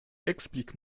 explique